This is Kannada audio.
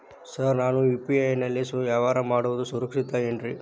ಸರ್ ನಾನು ಯು.ಪಿ.ಐ ನಲ್ಲಿ ವ್ಯವಹಾರ ಮಾಡೋದು ಸುರಕ್ಷಿತ ಏನ್ರಿ?